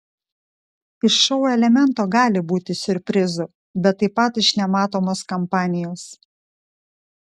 iš šou elemento gali būti siurprizų bet taip pat iš nematomos kampanijos